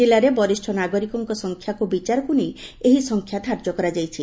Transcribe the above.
ଜିଲ୍ଲାରେ ବରିଷ୍ ନାଗରିକଙ୍ଙ ସଂଖ୍ୟାକୁ ବିଚାରକୁ ନେଇ ଏହି ସଂଖ୍ୟା ଧାର୍ଯ୍ୟ କରାଯାଇଛି